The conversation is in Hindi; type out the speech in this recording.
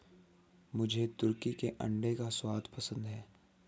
मुझे तुर्की के अंडों का स्वाद पसंद है